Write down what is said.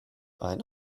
ein